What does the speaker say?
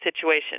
situation